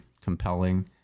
compelling